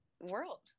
world